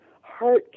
heart